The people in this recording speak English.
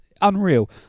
unreal